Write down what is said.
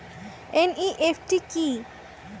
NEFT কি?